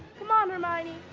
come on, hermione.